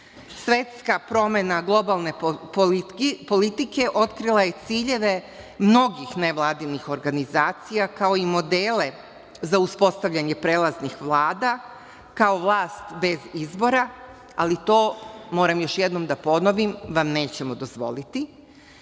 Svetska promena globalne politike otkrila je ciljeve mnogih nevladinih organizacija, kao i modele za uspostavljanje prelaznih vlada, kao vlast bez izbora, ali to, moram još jednom da ponovim, vam nećemo dozvoliti. Moram